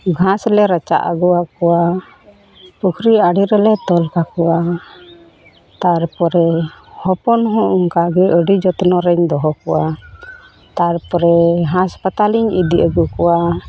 ᱜᱷᱟᱸᱥ ᱞᱮ ᱨᱟᱪᱟᱜ ᱟᱹᱜᱩᱣᱟᱠᱚᱣᱟ ᱯᱩᱠᱷᱨᱤ ᱟᱹᱲᱮᱨᱮᱞᱮ ᱛᱚᱞ ᱠᱟᱠᱚᱣᱟ ᱛᱟᱨᱯᱚᱨᱮ ᱦᱚᱯᱚᱱ ᱦᱚᱸ ᱚᱱᱠᱟ ᱜᱮ ᱟᱹᱰᱤ ᱡᱚᱛᱱᱚ ᱨᱮᱧ ᱫᱚᱦᱚ ᱠᱚᱣᱟ ᱛᱟᱨᱯᱚᱨᱮ ᱦᱟᱥᱯᱟᱛᱟᱞᱤᱧ ᱤᱫᱤ ᱟᱹᱜᱩ ᱠᱚᱣᱟ